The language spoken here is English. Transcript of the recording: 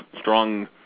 strong